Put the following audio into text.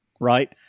right